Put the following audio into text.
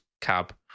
cab